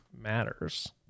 matters